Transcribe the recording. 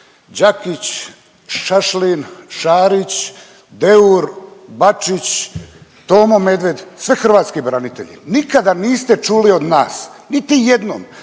Đakić, Šašlin, Šarić, Deur, Bačić, Tomo Medved sve hrvatski branitelji nikada niste čuli od nas niti jednom